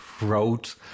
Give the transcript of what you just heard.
wrote